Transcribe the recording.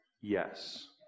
yes